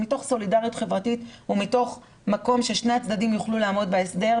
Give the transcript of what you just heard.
מתוך סולידריות חברתית ומתוך מקום ששני הצדדים יוכלו לעמוד בהסדר,